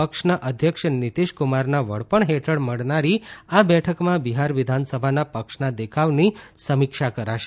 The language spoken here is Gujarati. પક્ષના અધ્યક્ષ નીતીશકુમારના વડપણ હેઠળ મળનારી આ બેઠકમાં બિહાર વિધાનસભાના પક્ષના દેખાવની સમીક્ષા કરાશે